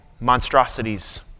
monstrosities